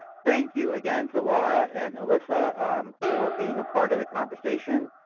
thank you again to laura and alyssa for being a part of the conversation.